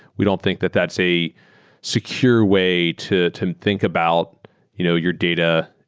we don't think that that's a secure way to to think about you know your data.